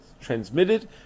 transmitted